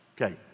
Okay